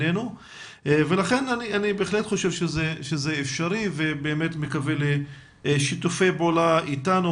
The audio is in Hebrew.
ולכן אני בהחלט חושב שזה אפשרי ומקווה לשיתופי פעולה איתנו,